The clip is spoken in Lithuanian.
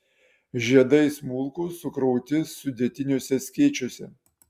žiedai smulkūs sukrauti sudėtiniuose skėčiuose